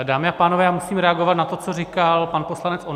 Dámy a pánové, já musím reagovat na to, co říkal pan poslanec Onderka.